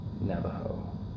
Navajo